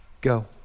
go